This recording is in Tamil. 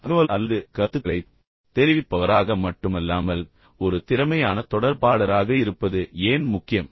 தகவல் அல்லது கருத்துக்களைத் தெரிவிப்பவராக மட்டுமல்லாமல் ஒரு திறமையான தொடர்பாளராக இருப்பது ஏன் முக்கியம்